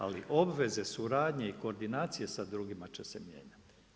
Ali obveze suradnje i koordinacije sa drugima će se mijenjati.